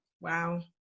Wow